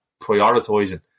prioritizing